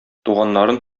туганнарын